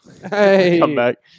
comeback